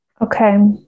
okay